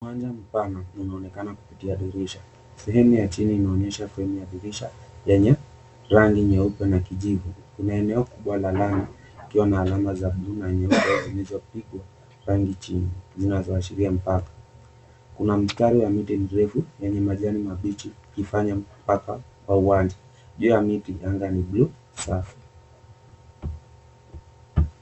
Uwanja mpana unaonekana kupitia dirisha, sehemu ya chini inaonyesha fremu ya dirisha yenye rangi nyeupe na kijivu. Eneo kubwa la lami ikiwa na alama za bluu na nyeupe zilizopigwa rangi chini zinazoashiria mpaka. Kuna mstari wa miti mirefu yenye majani mambichi yakifanya mpaka wa uwanja. Juu ya miti anga ni bluu safi.